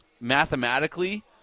Mathematically